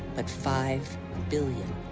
but five billion.